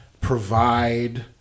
provide